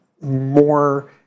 more